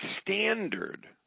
standard